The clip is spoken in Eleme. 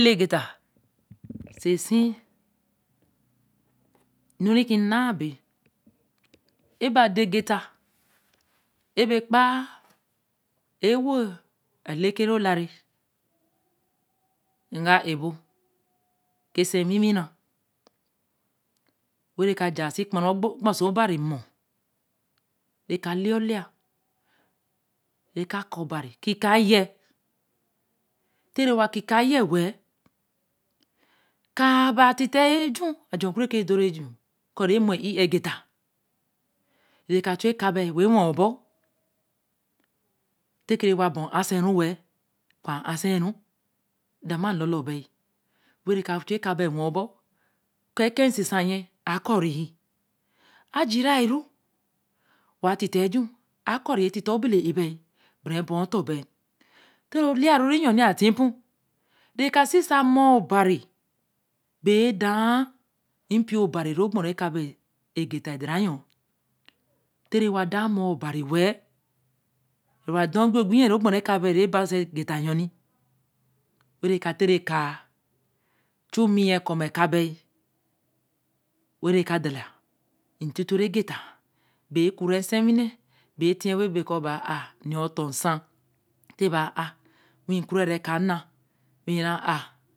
Ele geta so sii nare ki naa be. e ba den geta, e be kpaā ewo lekere ru lare, nga eba, kese wiiwire se kpara o gbe si obari ki kāa ye, te wa ki kāa wen. kāa ba ti te ye aju ajer ku re dun eju, koo re mo ēar egeta re ka chu bēyī won we bo te ke re wa ba eseru we-l oka ba a se ru, da ma lōolōo beyi, ee ka chu eka beyi we-n o-bo, nse ye akure, a jira nu wa tite eju a cure tite o be le e beyi, bara e bea otor bea, to leya re yoo a tipo, re ka se osa a moō obari bea daye epio obari ru kpo ru ka bea, geta den re yoo, tere wa da mor obari we-l, re wa da o pei-opei yen ro gbo ru eka beyi wen rek terkeā ju mi yen cuma ka beyi wen re ka data ntito re geta, be ekure sewiinee̅ bee etiyen be koro nēe a nēe ton nson, te ba ear te be aer weii ku ra re eka neē.